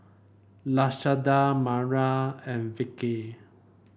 Lashonda Myra and Vickey